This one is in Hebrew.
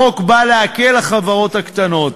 החוק בא להקל על החברות הקטנות,